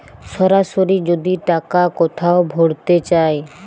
সরাসরি যদি টাকা কোথাও ভোরতে চায়